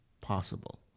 possible